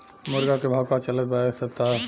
मुर्गा के भाव का चलत बा एक सप्ताह से?